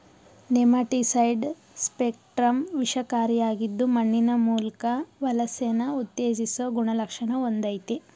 nematicide spectrum ವಿಷಕಾರಿಯಾಗಿದ್ದು ಮಣ್ಣಿನ ಮೂಲ್ಕ ವಲಸೆನ ಉತ್ತೇಜಿಸೊ ಗುಣಲಕ್ಷಣ ಹೊಂದಯ್ತೆ